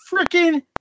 freaking